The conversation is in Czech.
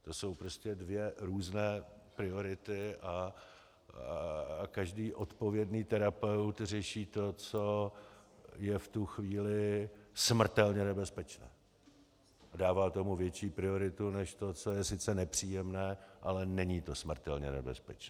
To jsou prostě dvě různé priority a každý odpovědný terapeut řeší to, co je v tu chvíli smrtelně nebezpečné, a dává tomu větší prioritu než to, co je sice nepříjemné, ale není to smrtelně nebezpečné.